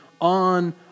on